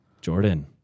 Jordan